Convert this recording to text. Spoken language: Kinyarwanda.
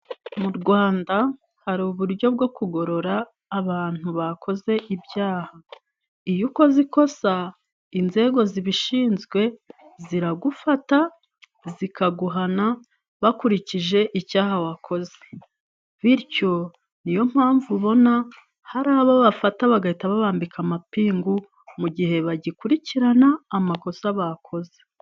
Mu Rwanda hari uburyo bwo kugorora abantu bakoze ibyaha, iyo ukoze ikosa inzego zibishinzwe ziragufata zikaguhana bakurikije icyaha wakoze, bityo niyo mpamvu ubona hari abo bafata bagahita babambika amapingu mu gihe bagikurikirana amakosa bakoze.